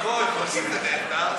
מה עברת, לאיזה ספר?